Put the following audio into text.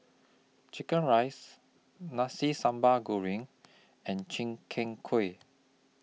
Chicken Rice Nasi Sambal Goreng and Chim Keen Kuih